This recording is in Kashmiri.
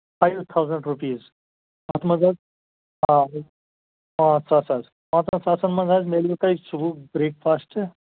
فایِو تھاوزَنٛٹ روپیٖز اَتھ مَنٛز حظ پاںٛ پانٛژھ ساس حظ پانٛژھن ساسَن مَنٛز حظ میلوٕ تۄہہِ صُبحُک برٛیک فاسٹ تہٕ